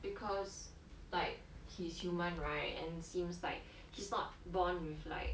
because like he's human right and seems like he's not born with like